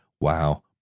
wow